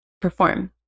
perform